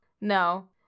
No